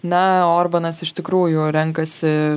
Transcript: na orbanas iš tikrųjų renkasi